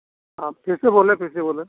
हाँ फिर से बोलें फिर से बोलें